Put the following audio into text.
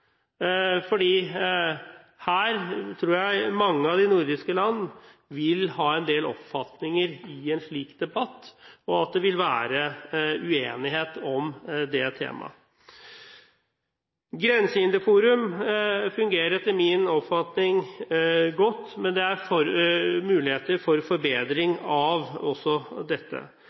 her tror jeg mange av de nordiske land vil ha en del oppfatninger i en slik debatt, og at det vil være uenighet om det temaet. Grensehinderforum fungerer etter min oppfatning godt, men det er muligheter for forbedring også av dette.